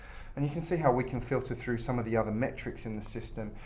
and you can see how we can filter through some of the other metrics in the system,